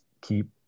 keep